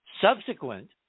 Subsequent